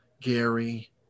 gary